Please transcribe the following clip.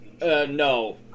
No